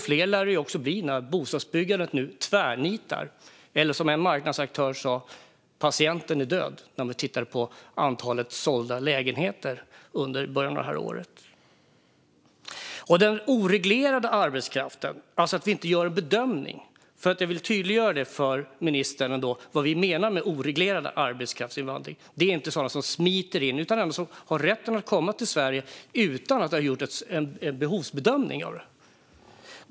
Fler lär det bli när bostadsbyggandet nu tvärnitar; eller som en marknadsaktör sa när vi tittade på antalet sålda lägenheter under början av året: Patienten är död. Jag vill tydliggöra för ministern vad vi menar med oreglerad arbetskraftsinvandring. Det är inte fråga om sådana som smiter in, utan det handlar om rätten att komma till Sverige utan att det har skett en behovsprövning.